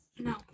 No